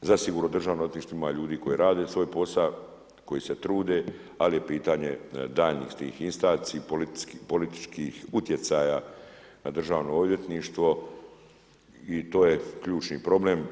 Zasigurno u državnim odvjetništvima ima ljudi koji rade svoj posao, koji se trude, ali je pitanje daljnjih tih instanci, političkih utjecaja na državno odvjetništvo i to je ključni problem.